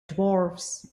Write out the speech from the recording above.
dwarves